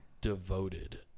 devoted